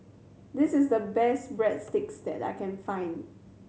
this is the best Breadsticks that I can find